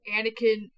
Anakin